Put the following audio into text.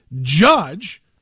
judge